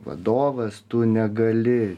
vadovas tu negali